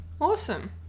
Awesome